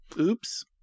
oops